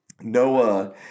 noah